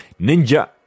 Ninja